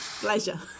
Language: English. Pleasure